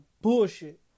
bullshit